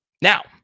Now